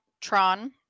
Tron